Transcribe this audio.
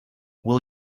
will